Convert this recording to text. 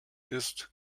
ist